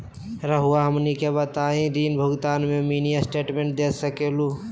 रहुआ हमनी सबके बताइं ऋण भुगतान में मिनी स्टेटमेंट दे सकेलू?